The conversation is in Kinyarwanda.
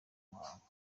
muhango